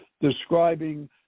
describing